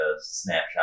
snapshot